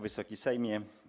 Wysoki Sejmie!